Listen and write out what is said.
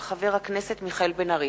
הצעתו של חבר הכנסת מיכאל בן-ארי.